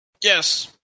Yes